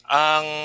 ang